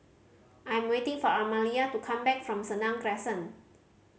I am waiting for Amalia to come back from Senang Crescent